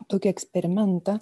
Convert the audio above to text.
tokį eksperimentą